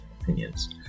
opinions